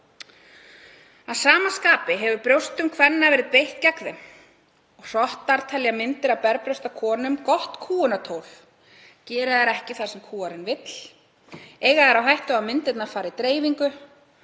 Að sama skapi hefur brjóstum kvenna verði beitt gegn þeim. Hrottar telja myndir af berbrjósta konum gott kúgunartól. Geri þær ekki það sem kúgarinn vill eiga þær á hættu að myndirnar fari í dreifingu,